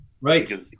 Right